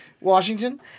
Washington